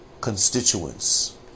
constituents